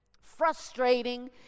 frustrating